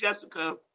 Jessica